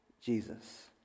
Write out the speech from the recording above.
Jesus